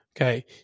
Okay